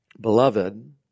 beloved